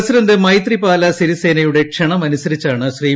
president Maithripala സിരി സേനയുടെ ക്ഷണമനുസരിച്ചാണ് ശ്രീ